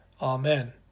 Amen